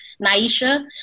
Naisha